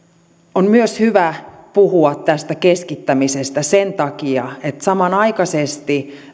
on myös hyvä puhua tästä keskittämisestä sen takia että samanaikaisesti